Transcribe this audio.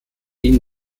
ihn